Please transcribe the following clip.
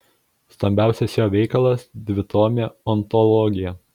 stambiausias jo veikalas dvitomė ontologija